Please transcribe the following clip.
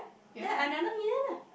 then another million lah